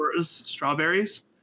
strawberries